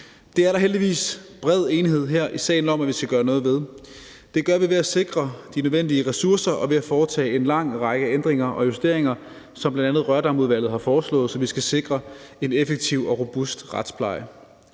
Det er der heldigvis bred enighed her i salen om at vi skal gøre noget ved. Det gør vi ved at sikre de nødvendige ressourcer og ved at foretage en lang række ændringer og justeringer, som bl.a. Rørdamudvalget har foreslået, så vi skal kunne sikre en effektiv og robust retspleje.